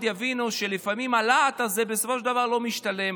יבינו שלפעמים הלהט הזה בסופו של דבר לא משתלם.